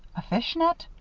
a fishnet?